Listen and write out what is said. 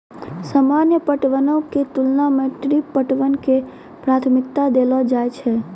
सामान्य पटवनो के तुलना मे ड्रिप पटवन के प्राथमिकता देलो जाय छै